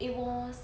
it was